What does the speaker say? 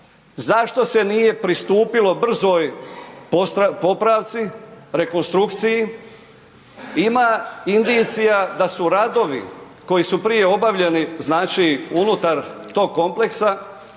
Zašto se nije pristupilo brzoj popravci, rekonstrukciji, ima indicija da su radovi koji su prije obavljeni, znači unutar tog kompleksa